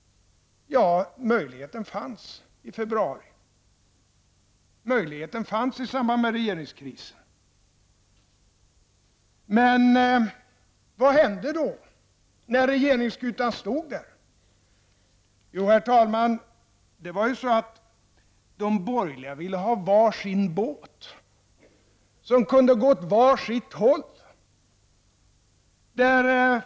Ja, möjligheten fanns i februari, i samband med regeringskrisen. Men vad hände då, när regeringsskutan stod där? Det var ju så, herr talman, att de borgerliga ville ha var sin båt, som kunde gå åt var sitt håll.